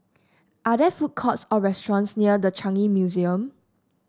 are there food courts or restaurants near The Changi Museum